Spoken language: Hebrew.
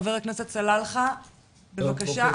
חבר הכנסת סלאלחה, בבקשה.